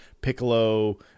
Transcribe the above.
piccolo